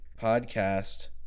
podcast